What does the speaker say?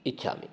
इच्छामि